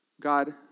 God